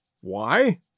Why